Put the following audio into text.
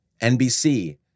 NBC